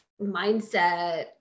mindset